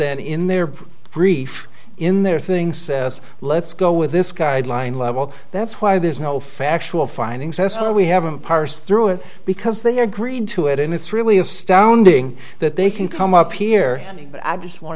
then in their brief in their thing says let's go with this guideline level that's why there's no factual findings that's why we haven't parse through it because they are agreed to it and it's really astounding that they can come up here but i just want